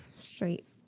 straight